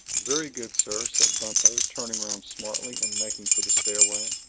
very good, sir, said bumpo, turning round smartly and making for the stairway.